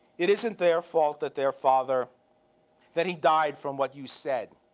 it isn't their fault that their father that he died from what you said.